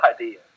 idea